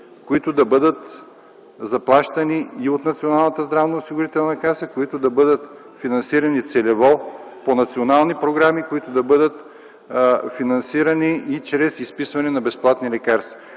които да бъдат заплащани и от Националната здравноосигурителна каса и да бъдат финансирани целево по национални програми, да бъдат финансирани и чрез изписване на безплатни лекарства.